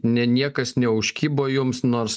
ne niekas neužkibo jums nors